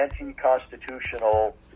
anti-constitutional